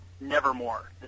Nevermore